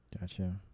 Gotcha